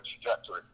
trajectory